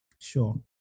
Sure